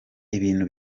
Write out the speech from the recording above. ibintu